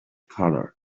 colour